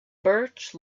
birch